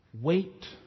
wait